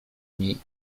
niej